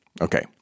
Okay